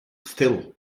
still